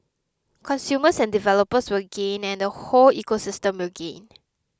consumers and developers will gain and the whole ecosystem will gain